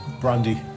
Brandy